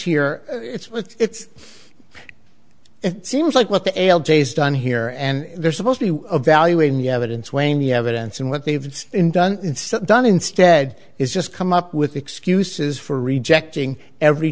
here it's it seems like what the ale days done here and there's supposed to be a value in the evidence weighing the evidence and what they've done instead done instead is just come up with excuses for rejecting every